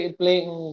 playing